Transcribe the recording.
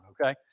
okay